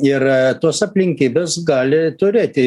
ir tos aplinkybės gali turėti